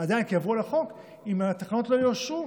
כי עברו על החוק אם התקנות לא יאושרו,